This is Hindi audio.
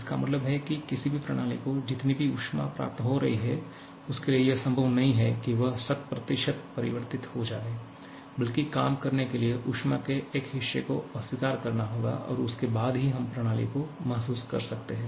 इसका मतलब है कि किसी भी प्रणाली को जितनी भी ऊष्मा प्राप्त हो रही है उसके लिए यह संभव नहीं है कि वह शत प्रतिशत 100 परिवर्तित हो जाए बल्कि काम करने के लिए उष्मा के एक हिस्से को अस्वीकार करना होगा और उसके बाद ही हम प्रणाली को महसूस कर सकते हैं